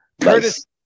Curtis